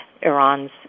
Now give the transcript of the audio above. Iran's